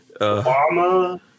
Obama